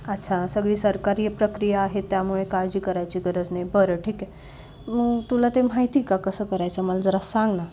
अच्छा सगळी सरकारी प्रक्रिया आहे त्यामुळे काळजी करायची गरज नाही बरं ठीक आहे मग तुला ते माहिती का कसं करायचं मला जरा सांग ना